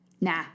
Nah